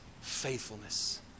faithfulness